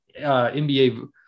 NBA